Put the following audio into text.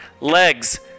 legs